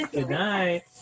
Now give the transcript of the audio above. Goodnight